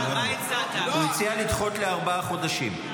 הוא הציע לדחות בארבעה חודשים.